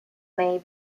may